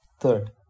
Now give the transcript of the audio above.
Third